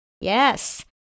Yes